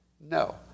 No